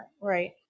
Right